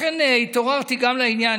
לכן התעוררתי לעניין,